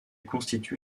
constitue